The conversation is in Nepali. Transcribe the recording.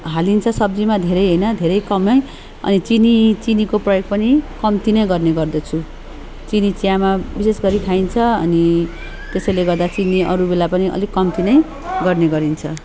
हालिन्छ सब्जीमा धेरै होइन धेरै कमै अनि चिनी चिनीको प्रयोग पनि कम्ती नै गर्ने गर्दछु चिनी चियामा विशेष गरी खाइन्छ अनि त्यसैले गर्दा चिनी अरू बेला पनि अलिक कम्ती नै गर्ने गरिन्छ